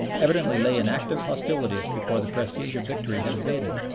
evidently lay in active hostilities before the prestige of victory had abated,